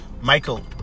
Michael